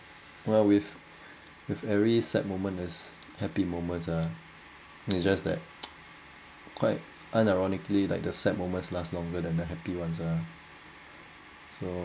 well with with every sad moment is happy moments ah it just that quite unironically like the sad moments last longer than the happy ones ah so